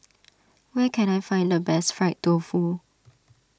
where can I find the best Fried Tofu